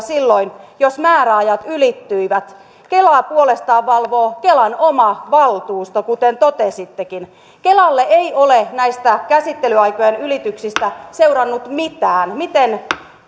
silloin jos määräajat ylittyivät kelaa puolestaan valvoo kelan oma valtuusto kuten totesittekin kelalle ei ole näistä käsittelyaikojen ylityksistä seurannut mitään miten